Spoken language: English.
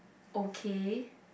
okay